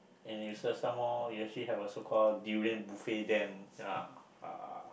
and some more you actually have a so called durian buffet than